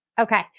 okay